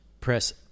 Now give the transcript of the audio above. press